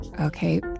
Okay